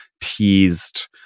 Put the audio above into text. teased